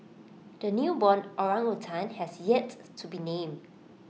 the newborn orangutan has yet to be named